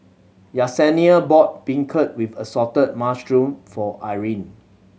Yessenia bought beancurd with assorted mushroom for Irine